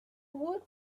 woot